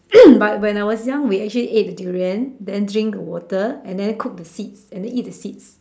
but when I was young we actually ate the durian then drink the water and then cook the seeds and then eat the seeds